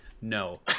no